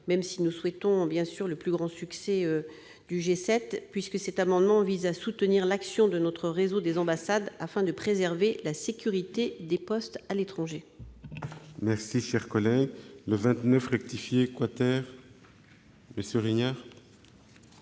même si nous souhaitons le plus grand succès du G7, puisque cet amendement vise à soutenir l'action de notre réseau des ambassades afin de préserver la sécurité des postes à l'étranger. L'amendement n° II-29 rectifié, présenté par MM. Regnard